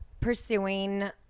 pursuing